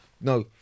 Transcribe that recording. no